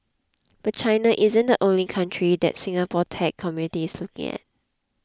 but China isn't the only country the Singapore tech community is looking at